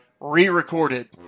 re-recorded